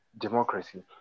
democracy